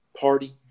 party